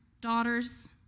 daughters